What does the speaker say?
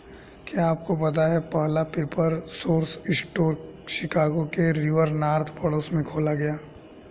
क्या आपको पता है पहला पेपर सोर्स स्टोर शिकागो के रिवर नॉर्थ पड़ोस में खोला गया?